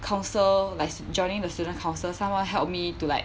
council like joining the student council someone help me to like